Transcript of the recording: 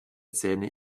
zähne